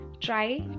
try